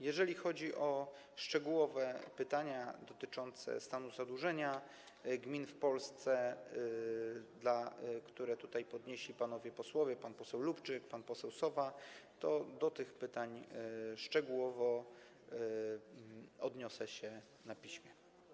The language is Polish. Jeżeli chodzi o szczegółowe pytania dotyczące stanu zadłużenia gmin w Polsce, które tutaj podnieśli panowie posłowie Lubczyk i Sowa, to do tych pytań szczegółowo odniosę się na piśmie.